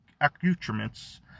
accoutrements